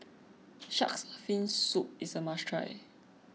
Shark's Fin Soup is a must try